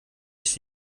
sich